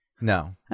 No